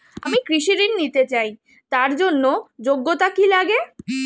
আমি কৃষি ঋণ নিতে চাই তার জন্য যোগ্যতা কি লাগে?